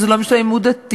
וזה לא משנה אם הוא דתי,